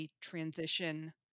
transition